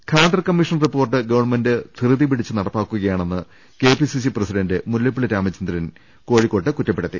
Khader commission report government ധൃതി പിടിച്ച് നടപ്പാ ക്കുകയാണെന്ന് കെപിസിസി പ്രസിഡന്റ് മുല്ലപ്പള്ളി രാമചന്ദ്രൻ കോഴി ക്കോട്ട് കുറ്റപ്പെടുത്തി